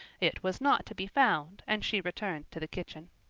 it was not to be found and she returned to the kitchen.